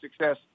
success